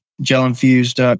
gel-infused